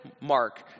Mark